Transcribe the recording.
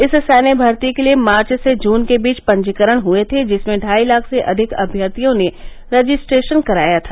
इस सैन्य भर्ती के लिये मार्च से जून के बीच पंजीकरण हुए थे जिसमें ढाई लाख से अधिक अम्यर्थियों ने रजिस्ट्रेशन कराया था